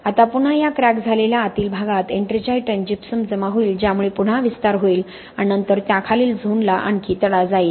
आता पुन्हा या क्रॅक झालेल्या आतील भागात एट्रिंजाईट आणि जिप्सम जमा होईल ज्यामुळे पुन्हा विस्तार होईल आणि नंतर त्याखालील झोनला आणखी तडा जाईल